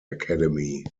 academy